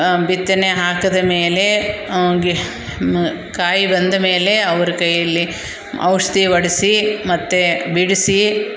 ಬಿತ್ತನೆ ಹಾಕಿದಮೇಲೆ ಗಿ ಕಾಯಿ ಬಂದ ಮೇಲೆ ಅವ್ರ ಕೈಯಲ್ಲಿ ಔಷಧಿ ಹೊಡೆಸಿ ಮತ್ತು ಬಿಡಿಸಿ